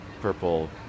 purple